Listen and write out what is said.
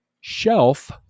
shelf